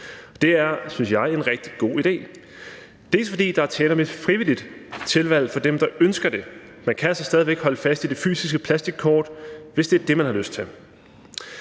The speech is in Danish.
det er, synes jeg, en rigtig god idé, også fordi der er tale om et frivilligt tilvalg for dem, der ønsker det. Man kan altså stadig væk holde fast i det fysiske plastikkort, hvis det er det, man har lyst til.